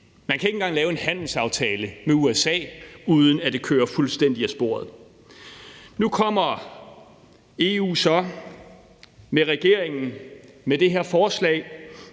Man kan ikke engang lave en handelsaftale med USA, uden at det kører fuldstændig af sporet. Nu kommer EU gennem regeringen så med det her forslag,